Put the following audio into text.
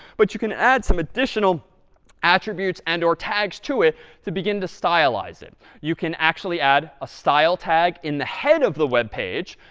but you can add some additional attributes and or tags to it to begin to stylize it. you can actually add a style tag in the head of the web page,